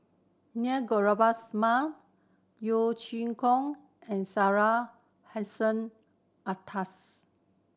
Near Govindasamy Yeo Chee Kiong and Syed Hussein Alatas